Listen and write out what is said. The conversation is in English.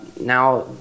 Now